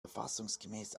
verfassungsgemäß